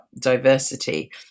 diversity